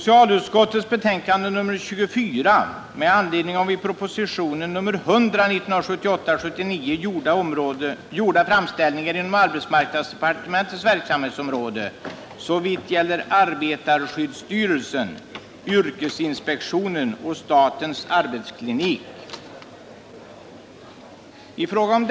I fråga om detta betänkande hålles gemensam överläggning för samtliga punkter. Under den gemensamma överläggningen får yrkanden framställas beträffande samtliga punkter i betänkandet. I det följande redovisas endast de punkter, vid vilka under överläggningen framställts särskilda yrkanden.